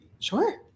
sure